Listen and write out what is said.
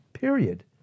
Period